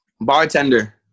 Bartender